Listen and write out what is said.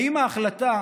האם ההחלטה